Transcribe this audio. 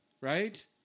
right